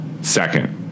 second